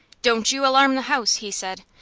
don't you alarm the house, he said,